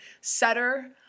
setter